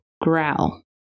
growl